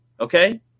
okay